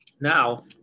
Now